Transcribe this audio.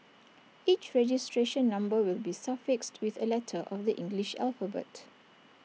each registration number will be suffixed with A letter of the English alphabet